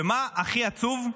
ומה הכי עצוב?